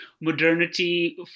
modernity